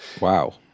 wow